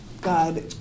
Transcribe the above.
God